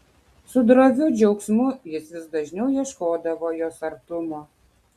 su droviu džiaugsmu jis vis dažniau ieškodavo jos artumo